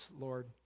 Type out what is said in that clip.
Lord